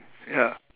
ya